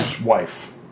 wife